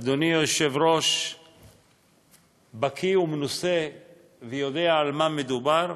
אדוני היושב-ראש בקי ומנוסה ויודע על מה מדובר,